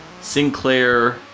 Sinclair